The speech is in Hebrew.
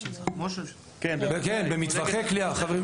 במטווחי קליעה.